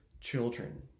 children